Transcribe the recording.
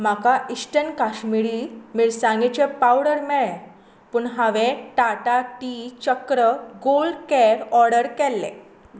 म्हाका ईस्टर्न काश्मीरी मिरसांगेचें पावडर मेळ्ळें पूण हांवें Tata tea Chakra gold care order केल्लें